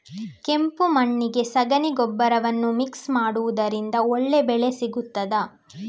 ಕೆಂಪು ಮಣ್ಣಿಗೆ ಸಗಣಿ ಗೊಬ್ಬರವನ್ನು ಮಿಕ್ಸ್ ಮಾಡುವುದರಿಂದ ಒಳ್ಳೆ ಬೆಳೆ ಸಿಗುತ್ತದಾ?